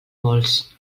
molts